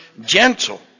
gentle